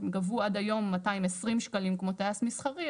גבו עד היום 220 שקלים כמו טייס מסחרי,